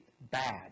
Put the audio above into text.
bad